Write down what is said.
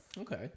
Okay